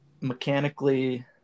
mechanically